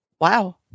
Wow